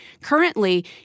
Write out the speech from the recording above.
Currently